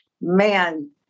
man